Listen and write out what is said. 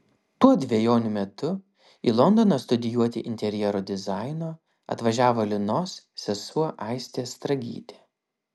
tuo dvejonių metu į londoną studijuoti interjero dizaino atvažiavo linos sesuo aistė stragytė